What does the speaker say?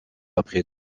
après